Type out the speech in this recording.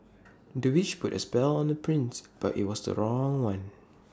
the witch put A spell on the prince but IT was the wrong one